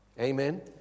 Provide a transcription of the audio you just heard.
Amen